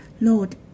Lord